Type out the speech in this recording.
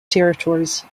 territories